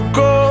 go